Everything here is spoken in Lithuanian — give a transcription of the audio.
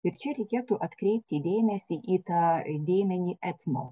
ir čia reikėtų atkreipti dėmesį į tą dėmenį etno